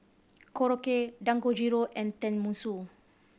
Korokke Dangojiru and Tenmusu